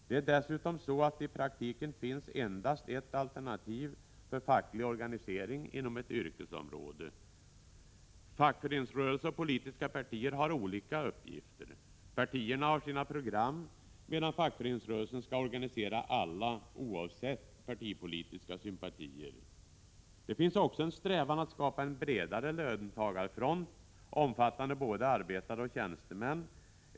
Det är dessutom så att det i praktiken finns endast ett alternativ för facklig organisering inom ett yrkesområde. Fackföreningsrörelse och politiska partier har olika uppgifter. Partierna har sina program medan fackföreningsrörelsen skall organisera alla, oavsett partipolitiska sympatier. Det finns också en strävan att skapa en bredare löntagarfront omfattande både arbetare och tjänstemän.